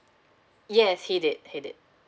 yes he did he did